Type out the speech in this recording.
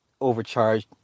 overcharged